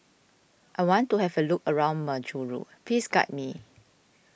I want to have a look around Majuro please guide me